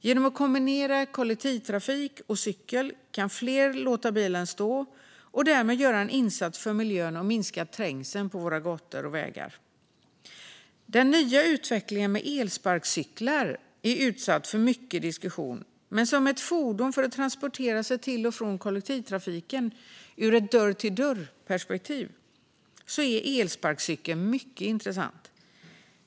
Genom att kombinera kollektivtrafik och cykel kan fler låta bilen stå och därmed göra en insats för miljön och minska trängseln på gator och vägar. Den nya utvecklingen med elsparkcyklar är utsatt för mycket diskussion, men som ett fordon för att transportera sig till och från kollektivtrafiken ur ett dörr-till-dörr-perspektiv är elsparkcykeln mycket intressant.